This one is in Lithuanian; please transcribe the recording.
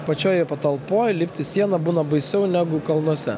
pačioje patalpoj lipti siena būna baisiau negu kalnuose